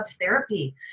therapy